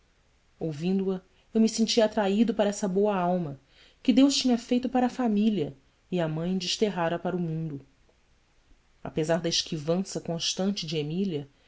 perdera ouvindo a eu me sentia atraído para essa boa alma que deus tinha feito para a família e a mãe desterrara para o mundo apesar da esquivança constante de emília